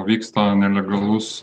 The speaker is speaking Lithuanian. vyksta nelegalus